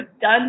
done